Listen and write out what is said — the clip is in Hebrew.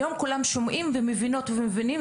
היום כולם שומעים ומבינות ומבינים,